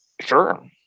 Sure